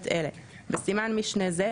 את אלה (בסימן משנה זה,